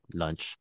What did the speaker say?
lunch